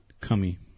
Cummy